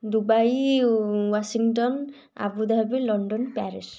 Dubai Washington Abu Dhabi London Paris